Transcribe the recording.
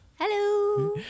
Hello